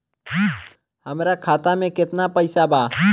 हमरा खाता में केतना पइसा बा?